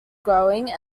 growing